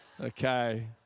Okay